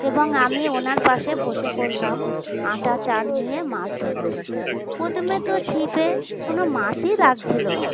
এবং আমি ওঁর পাশে বসে পড়লাম আটা চার নিয়ে মাছ ধরতে প্রথমে তো ছিপে কোনো মাছই লাগছিলো না